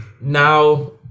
Now